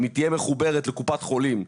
אם היא תהיה מחוברת לקופת חולים,